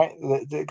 right